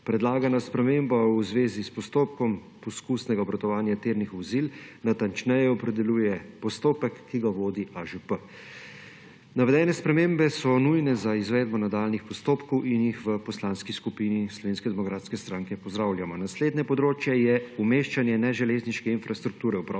Predlagana sprememba v zvezi s postopkom poskusnega obratovanja tirnih vozil natančneje opredeljuje postopek, ki ga vodi AŽP. Navedene spremembe so nujne za izvedbo nadaljnjih postopkov in jih v Poslanski skupini Slovenske demokratske stranke pozdravljamo. Naslednje področje je umeščanje neželezniške infrastrukture v prostor,